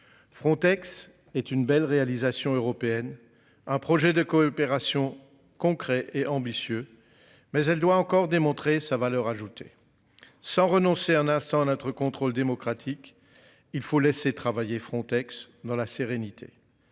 Frontex est une belle réalisation européenne. Un projet de coopération concrets et ambitieux mais elle doit encore démontrer sa valeur ajoutée, sans renoncer un instant à notre contrôle démocratique. Il faut laisser travailler Frontex dans la sérénité.